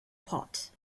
pot